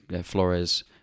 Flores